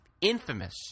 infamous